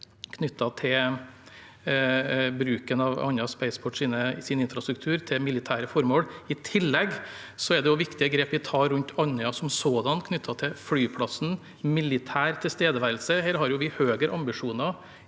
knyttet til bruken av Andøya Spaceports infrastruktur til militære formål. I tillegg er det viktige grep vi tar rundt Andøya som sådan knyttet til flyplassen og militær tilstedeværelse. Her har vi høyere ambisjoner